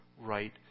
right